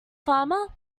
farmer